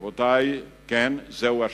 רבותי, כן, זהו השלום.